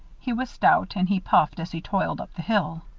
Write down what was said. he was stout and he puffed as he toiled up the hill.